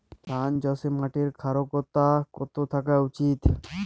ধান চাষে মাটির ক্ষারকতা কত থাকা উচিৎ?